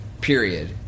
period